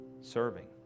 serving